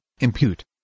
impute